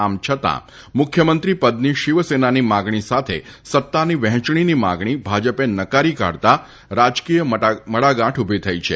આમ છતાં મુખ્યમંત્રી પદની શિવસેનાની માગણી સાથે સત્તાની વહેંચણીની માગણી ભાજપે નકારી કાઢતા રાજકીય મડાગાંઠ ઉભી થઈ છે